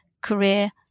career